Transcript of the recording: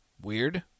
Weird